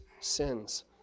sins